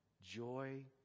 joy